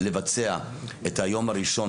לבצע את היום הראשון,